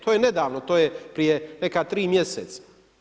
To je nedavno, to je prije neka tri mjeseca.